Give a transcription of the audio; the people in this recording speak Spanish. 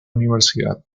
universidad